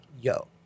yo